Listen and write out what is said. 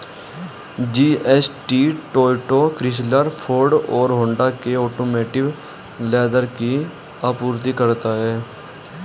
GST Toyota, Chrysler, Ford और Honda के automotive leather की आपूर्ति करता है